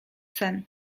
sen